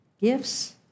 gifts